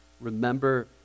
Remember